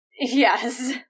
Yes